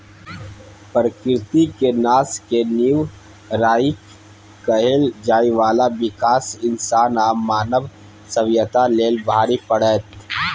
प्रकृति के नाश के नींव राइख कएल जाइ बाला विकास इंसान आ मानव सभ्यता लेल भारी पड़तै